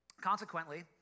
Consequently